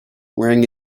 wearing